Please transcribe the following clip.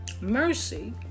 Mercy